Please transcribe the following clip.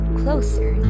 closer